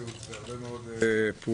אסרטיביות והרבה מאוד פעולה,